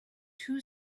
two